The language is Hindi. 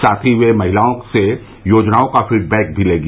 साथ ही वे महिलाओं से योजनाओं का फीडबैक भी लेंगी